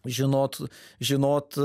žinot žinot